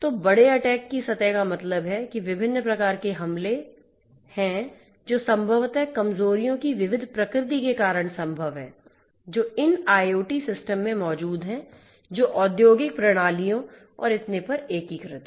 तो बड़े अटैक की सतह का मतलब है कि विभिन्न प्रकार के हमले हैं जो संभवत कमजोरियों की विविध प्रकृति के कारण संभव हैं जो इन IoT सिस्टम में मौजूद हैं जो औद्योगिक प्रणालियों और इतने पर एकीकृत हैं